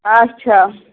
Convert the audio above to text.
اچھا